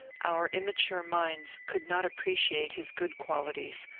our immature minds could not appreciate his good qualities,